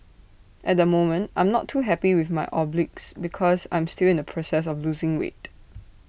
at the moment I'm not too happy with my obliques because I'm still in the process of losing weight